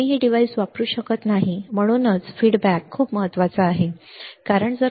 मी हे डिव्हाइस वापरू शकत नाही म्हणूनच म्हणूनच फीडबॅक अभिप्राय खूप महत्वाचा आहे कारण जर मला खूप जास्त गेन झाला तर मी काय करू